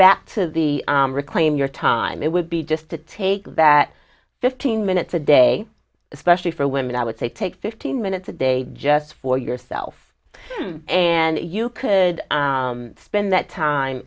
back to the reclaim your time it would be just to take that fifteen minutes a day especially for women i would say take fifteen minutes a day just for yourself and you could spend that time